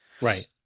Right